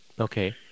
Okay